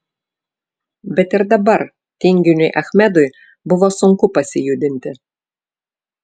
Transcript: bet ir dabar tinginiui achmedui buvo sunku pasijudinti